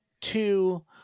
two